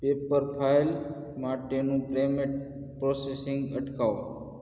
Pepperfry માટેનું payment processing અટકાવો